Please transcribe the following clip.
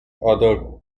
other